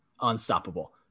unstoppable